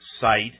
site